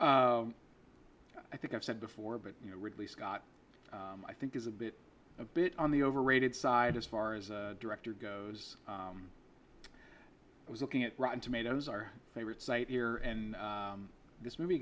i think i've said before but you know ridley scott i think is a bit a bit on the overrated side as far as a director goes i was looking at rotten tomatoes our favorite site here and this movie